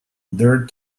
there